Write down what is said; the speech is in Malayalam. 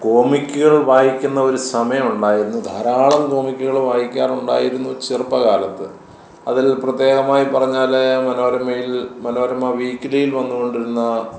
കോമിക്ക് വായിക്കുന്ന ഒരു സമയമുണ്ടായിരുന്നു ധാരാളം കോമിക്കുകൾ വായിക്കാറുണ്ടായിരുന്നു ചെറുപ്പ കാലത്ത് അതിൽ പ്രത്യേകമായി പറഞ്ഞാൽ മനോരമയിൽ മനോരമ വീക്കിലിയിൽ വന്നു കൊണ്ടിരുന്ന